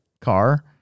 car